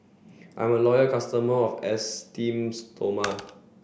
I'm a loyal customer of Esteem Stoma